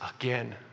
again